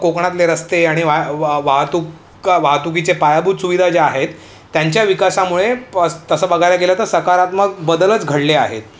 कोकणातले रस्ते आणि वा वाहतूक वाहतुकीचे पायाभूत सुविधा ज्या आहेत त्यांच्या विकासामुळे प तसं बघायला गेलं तर सकारात्मक बदलच घडले आहेत